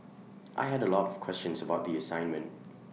I had A lot of questions about the assignment